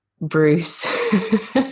Bruce